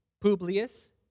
Publius